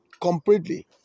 completely